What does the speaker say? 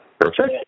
perfect